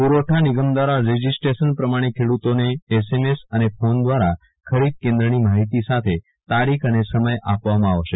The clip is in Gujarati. પુ રવઠા નિગમ રજીસ્ટ્રેશન પ્રમાણે ખેડુતોને એસએમએસ અને ફોન દ્રારા ખરીદ ક્રેદ્રની માહિતી સાથે તારીખ અને સમય આપવામાં આવશે